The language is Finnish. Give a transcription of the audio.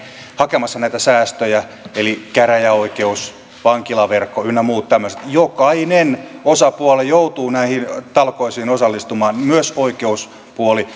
hakemassa näitä säästöjä eli käräjäoikeus vankilaverkko ynnä muut tämmöiset jokainen osapuoli joutuu näihin talkoisiin osallistumaan myös oikeuspuoli